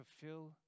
fulfill